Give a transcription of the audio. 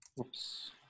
Oops